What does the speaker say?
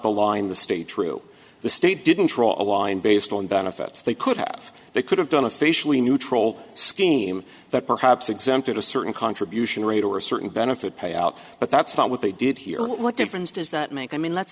the law in the state true the state didn't draw a line based on benefits they could have they could have done officially neutral scheme but perhaps exempted a certain contribution rate or a certain benefit payout but that's not what they did here what difference does that make i mean let's